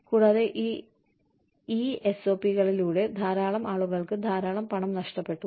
കൂടാതെ ഈ ESOP കളിലൂടെ ധാരാളം ആളുകൾക്ക് ധാരാളം പണം നഷ്ടപ്പെട്ടു